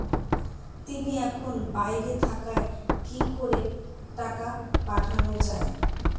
তিনি এখন বাইরে থাকায় কি করে টাকা পাঠানো য়ায়?